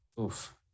oof